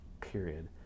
period